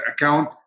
account